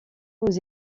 aux